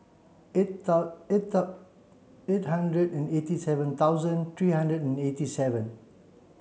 eight eight eight hundred and eighty seven thousand three hundred and eighty seven